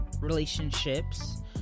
relationships